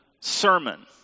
sermon